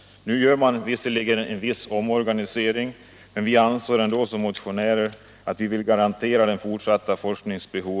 Nu sker visserligen en viss omorganisation, men vi motionärer anser ändå att riksdagen bör garantera den fortsatta forskningen.